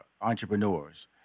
entrepreneurs